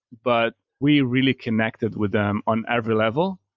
but we really connected with them on every level.